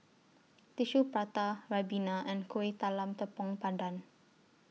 Tissue Prata Ribena and Kueh Talam Tepong Pandan